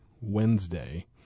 Wednesday